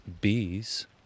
bees